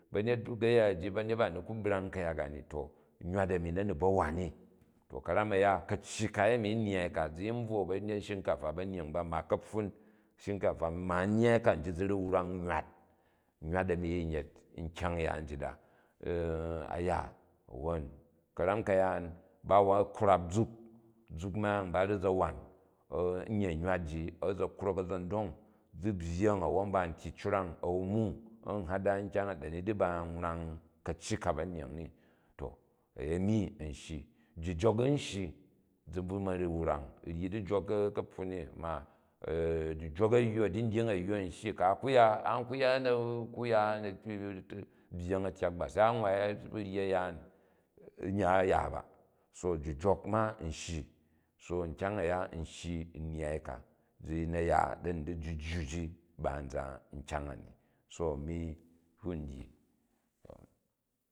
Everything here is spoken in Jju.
Ba̱nyet gaya ji, ba̱nyet ba a̱ ni ku brang ku̱yak a ni to nywat ami nani ba wan ni. To karam a̱ya ka̱cyi ka a̱yemi nnyyai ka zi yin bvwa ba̱nyet shinkafa ba̱nyying ba ma ka̱pfun shinkafa ma nnyyai ka nji zi ru̱ wrang nywat nywat a̱ni yin yet nkyang-ya njit a a ya awwon ka̱ram ka̱yaan, ba kwrap zuk, zuk myang ba ru̱ za wan nye nywat ji, a̱za̱ krok a̱za̱ndong, zi byyen awwon ba n tyyi cwrang a̱n mung a̱n hada nkyang a dari di ba n wrang kacyi ka banyying ni. To ayemi a̱n shyi. Jijok n shiji, zi bvu ma ru̱ wrang u̱ nji di jok ka̱pfun ni ma, ji jok a̱ywu, a̱dyi dying a̱ywu an shyi, ku̱ a ku ya, a̱n ku ya uku ja na byyen a tyak ba, se a wwai, u bu ryi a̱yaan nye a ya ba. So ji jok ma n shyi, so nkyang a̱ya n shyi nnyyai ka zi na̱ ya clani di jujju ji ba nza nkyang a ni. So ami ku n dyi